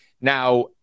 Now